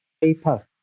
Paper